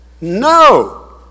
No